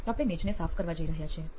તો આપણે મેજને સાફ કરવા જઈ રહ્યા છીએ